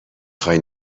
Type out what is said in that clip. خوای